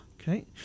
Okay